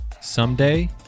someday